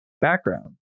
background